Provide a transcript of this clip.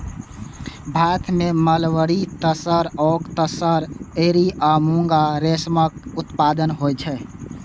भारत मे mulberry, tasar, oak tasar, eri आ मूंगा रेशमक उत्पादन होइ छै